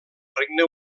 regne